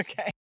Okay